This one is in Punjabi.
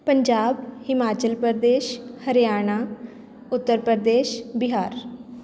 ਪੰਜਾਬ ਹਿਮਾਚਲ ਪ੍ਰਦੇਸ਼ ਹਰਿਆਣਾ ਉੱਤਰ ਪ੍ਰਦੇਸ਼ ਬਿਹਾਰ